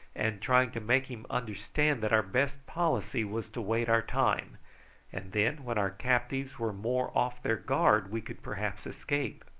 and trying to make him understand that our best policy was to wait our time and then when our captors were more off their guard we could perhaps escape.